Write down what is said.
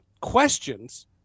questions